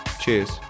Cheers